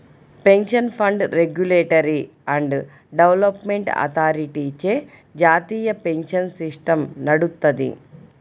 pension fund regulatory and development అథారిటీచే జాతీయ pension system నడుత్తది